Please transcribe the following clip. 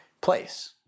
place